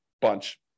bunch